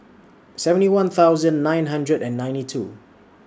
seventy one thousand nine hundred and ninety two